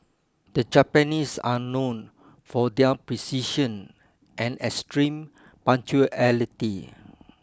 the Japanese are known for their precision and extreme punctuality